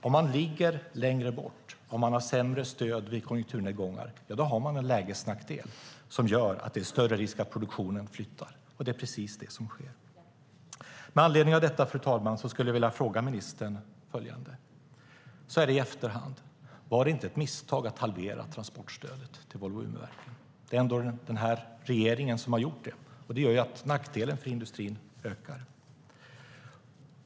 Om man ligger längre bort och om man har sämre stöd vid konjunkturnedgångar har man en lägesnackdel som gör att det är större risk att produktionen flyttar, och det är precis det som sker. Med anledning av detta, fru talman, vill jag fråga ministern följande. Var det inte ett misstag, så här i efterhand, att halvera transportstödet till Volvo Umeverken? Det är ändå den här regeringen som har gjort det. Det gör att nackdelarna för industrin ökar.